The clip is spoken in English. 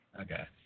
Okay